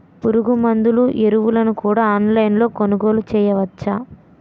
పురుగుమందులు ఎరువులను కూడా ఆన్లైన్ లొ కొనుగోలు చేయవచ్చా?